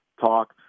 talk